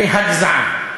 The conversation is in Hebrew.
הגזעה.